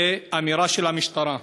זאת אמירה של המשטרה.